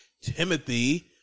Timothy